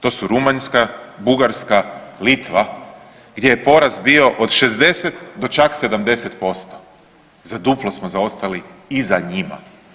To su Rumunjska, Bugarska, Litva gdje je porast bio od 60 do čak 70%, za duplo smo zaostali i za njima.